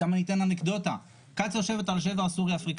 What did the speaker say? אני אתן אנקדוטה קצא"א יושבת על השבר הסורי-אפריקאי,